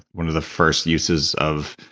one of the first uses of